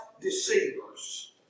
deceivers